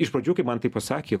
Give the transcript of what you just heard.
iš pradžių kai man tai pasakė